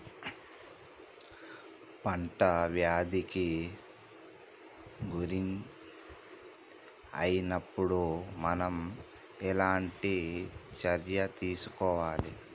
పంట వ్యాధి కి గురి అయినపుడు మనం ఎలాంటి చర్య తీసుకోవాలి?